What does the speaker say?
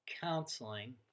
counseling